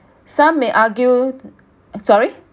some may argue sorry